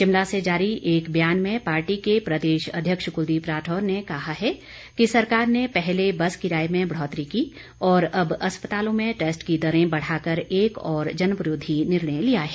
शिमला से जारी एक बयान में पार्टी के प्रदेश अध्यक्ष कृलदीप राठौर ने कहा है कि सरकार ने पहले बस किराए में बढ़ौतरी की और अब अस्पतालों में टैस्ट की दरें बढ़ाकर एक और जनविरोधी निर्णय लिया है